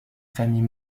famille